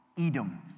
Edom